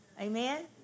Amen